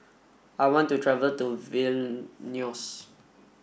I want to travel to Vilnius